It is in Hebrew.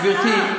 גברתי,